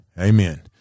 Amen